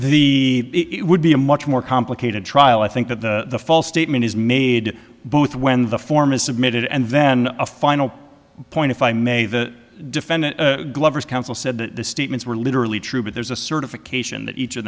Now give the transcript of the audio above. the it would be a much more complicated trial i think that the false statement is made both when the form is submitted and then a final point if i may the defendant glover's counsel said that the statements were literally true but there's a certification that each of